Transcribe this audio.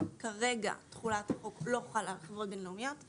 כרגע, תחולת החוק לא חלה על חברות בין-לאומיות,